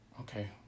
Okay